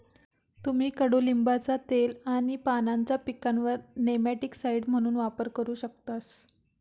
तुम्ही कडुलिंबाचा तेल आणि पानांचा पिकांवर नेमॅटिकसाइड म्हणून वापर करू शकतास